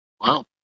Wow